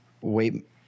wait